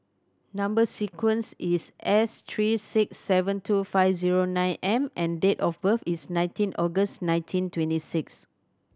number sequence is S three six seven two five zero nine M and date of birth is nineteen August nineteen twenty six